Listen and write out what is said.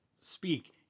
speak